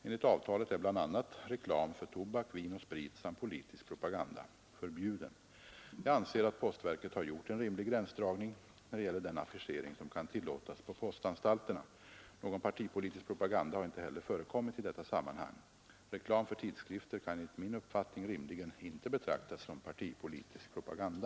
Enligt avtalet är bl.a. reklam för tobak, vin och sprit samt politisk propaganda förbjuden. Jag anser att postverket har gjort en rimlig gränsdragning när det gäller den affischering som kan tillåtas på postanstalterna. Någon partipolitisk propaganda har inte heller förekommit i detta sammanhang. Reklam för tidskrifter kan enligt min uppfattning rimligen inte betraktas som partipolitisk propaganda.